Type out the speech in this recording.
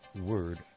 word